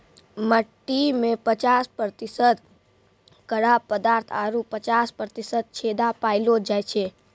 मट्टी में पचास प्रतिशत कड़ा पदार्थ आरु पचास प्रतिशत छेदा पायलो जाय छै